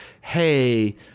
hey